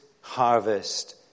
harvest